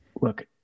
look